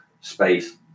space